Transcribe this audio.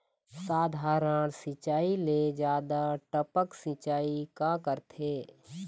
साधारण सिचायी ले जादा टपक सिचायी ला करथे